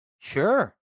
Sure